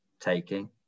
taking